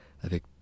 avec